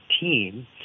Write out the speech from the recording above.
team